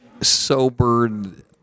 sobered